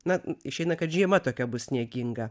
na išeina kad žiema tokia bus snieginga